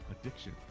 addiction